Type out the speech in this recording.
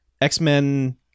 X-Men